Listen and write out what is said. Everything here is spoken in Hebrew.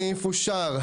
סעיף 58 אושר.